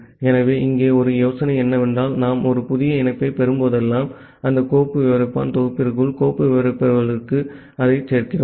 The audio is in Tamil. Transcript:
ஆகவே இங்கே ஒரு யோசனை என்னவென்றால் நாம் ஒரு புதிய இணைப்பைப் பெறும்போதெல்லாம் அந்த கோப்பு விவரிப்பான் தொகுப்பிற்குள் கோப்பு விவரிப்பாளருக்குள் அதைச் சேர்க்கிறோம்